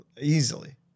Easily